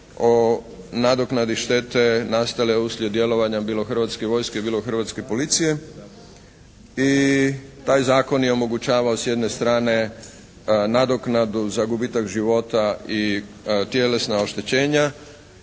o nadoknadi štete nastale uslijed djelovanja bilo Hrvatske vojske bilo Hrvatske policije i taj zakon je omogućavao s jedne strane nadoknadu za gubitak života i tjelesna oštećenja,